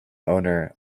owner